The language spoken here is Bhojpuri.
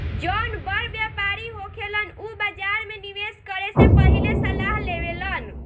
जौन बड़ व्यापारी होखेलन उ बाजार में निवेस करे से पहिले सलाह लेवेलन